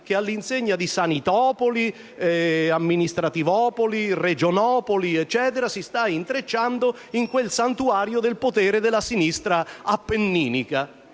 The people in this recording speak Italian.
che, all'insegna dei casi di «sanitopoli», «amministrativopoli» e «regionopoli», si sta intrecciando in quel santuario del potere della sinistra appenninica.